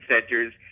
centers